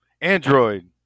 Android